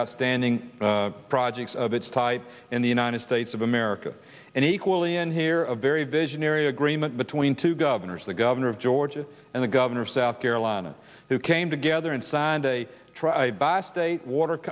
outstanding projects of its type in the united states of america and equally in here a very visionary agreement between two governors the governor of georgia and the governor of south carolina who came together and signed a tribe by state